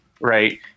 Right